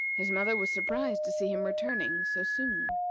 his mother was surprised to see him returning so soon.